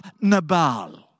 Nabal